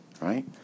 Right